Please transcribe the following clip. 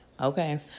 Okay